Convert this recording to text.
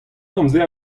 amzer